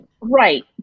Right